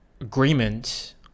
agreement